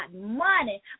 money